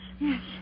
Yes